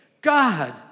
God